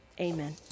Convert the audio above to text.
amen